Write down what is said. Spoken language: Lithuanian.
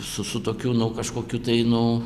su su tokiu nu kažkokiu tai nu